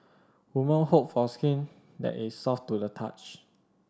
women hope for skin that is soft to the touch